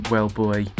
Wellboy